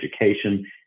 education